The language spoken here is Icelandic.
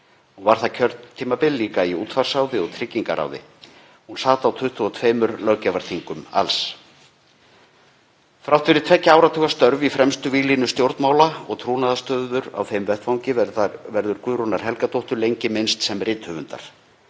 Hún var það kjörtímabil líka í útvarpsráði og tryggingaráði. Hún sat á 22 löggjafarþingum alls. Þrátt fyrir tveggja áratuga störf í fremstu víglínu stjórnmála og trúnaðarstöður á þeim vettvangi verður Guðrúnar Helgadóttur lengst minnst sem rithöfundar.